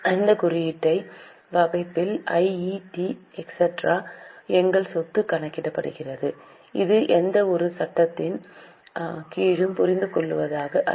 இந்த குறிப்பிட்ட வகைப்படுத்தல் I E T etc எங்கள் சொந்த கணக்கீட்டிற்கானது இது எந்தவொரு சட்டத்தின் கீழும் புரிந்து கொள்வதற்காக அல்ல